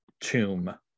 tomb